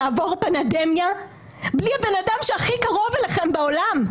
לעבור פנדמיה בלי הבן אדם שהכי קרוב אליכם בעולם.